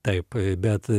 taip bet